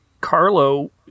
Carlo